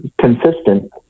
consistent